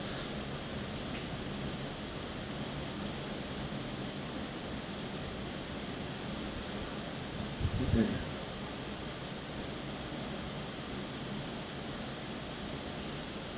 mmhmm